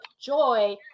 Joy